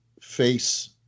face